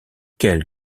quelle